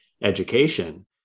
education